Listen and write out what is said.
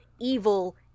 evil